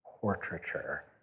portraiture